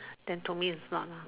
then told me is not lah